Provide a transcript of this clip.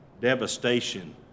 devastation